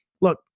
look